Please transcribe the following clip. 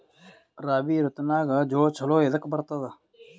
ರಾಬಿ ಋತುನಾಗ್ ಜೋಳ ಚಲೋ ಎದಕ ಬರತದ?